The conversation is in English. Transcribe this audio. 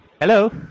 Hello